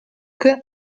hoc